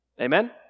Amen